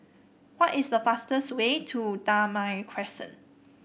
what is the fastest way to Damai Crescent